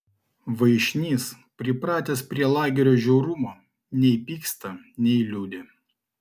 vaišnys pripratęs prie lagerio žiaurumo nei pyksta nei liūdi